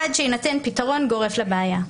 עד שיינתן פתרון גורף לבעיה.